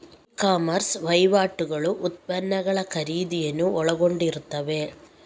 E commerce ವಹಿವಾಟುಗಳು ಉತ್ಪನ್ನಗಳ ಖರೀದಿಯನ್ನು ಒಳಗೊಂಡಿರುತ್ತವೆ